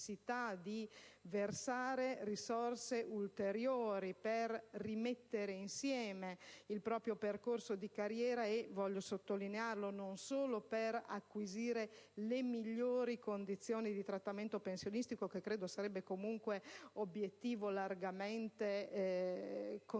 di versare risorse ulteriori per rimettere insieme il proprio percorso di carriera - e, lo voglio sottolineare, non solo per acquisire le migliori condizioni di trattamento pensionistico (che, comunque, sarebbe obiettivo largamente condivisibile